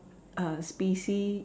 err species